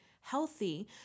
healthy